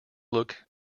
look